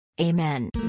Amen